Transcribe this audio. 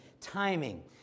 Timing